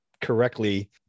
correctly